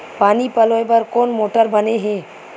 पानी पलोय बर कोन मोटर बने हे?